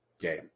game